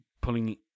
pulling